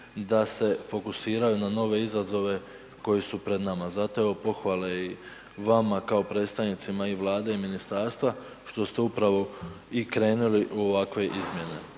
da se fokusiraju na nove izazove koji su pred nama, zato evo i pohvale vama kao predstavnicima i Vlade i ministarstva što ste upravo i krenuli u ovakve izmjene.